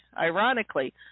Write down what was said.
ironically